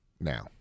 now